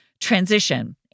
transition